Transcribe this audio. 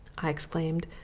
i exclaimed,